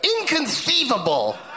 inconceivable